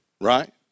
right